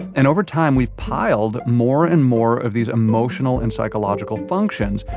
and over time, we've piled more and more of these emotional and psychological functions.